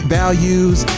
values